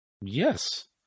Yes